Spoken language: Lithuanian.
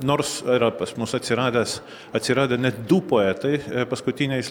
nors yra pas mus atsiradęs atsiradę net du poetai paskutiniais